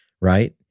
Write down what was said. Right